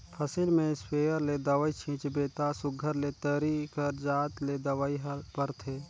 फसिल में इस्पेयर ले दवई छींचबे ता सुग्घर ले तरी कर जात ले दवई हर परथे